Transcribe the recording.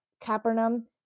Capernaum